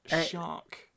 Shark